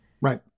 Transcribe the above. Right